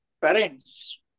parents